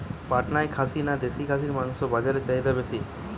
পাটনা খাসি না দেশী খাসির মাংস বাজারে চাহিদা বেশি?